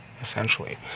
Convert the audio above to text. essentially